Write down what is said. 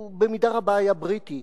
הוא במידה רבה היה בריטי.